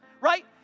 right